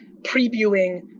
previewing